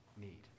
need